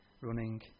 running